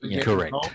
correct